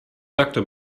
doctor